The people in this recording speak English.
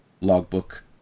logbook